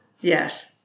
Yes